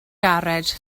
garej